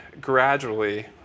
gradually